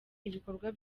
ibikorerwa